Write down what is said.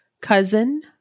cousin